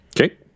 Okay